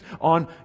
on